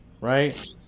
right